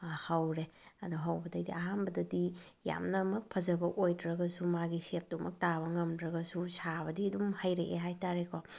ꯍꯧꯔꯦ ꯑꯗꯣ ꯍꯧꯕꯗꯒꯤꯗꯤ ꯑꯍꯥꯟꯕꯗꯒꯤꯗꯤ ꯌꯥꯝꯅꯃꯛ ꯐꯖꯕ ꯑꯣꯏꯗ꯭ꯔꯒꯁꯨ ꯃꯥꯒꯤ ꯁꯦꯞꯇꯨꯃꯛ ꯇꯥꯕ ꯉꯝꯗ꯭ꯔꯒꯁꯨ ꯁꯥꯕꯗꯤ ꯑꯗꯨꯝ ꯍꯩꯔꯛꯑꯦ ꯍꯥꯏꯇꯥꯔꯦꯀꯣ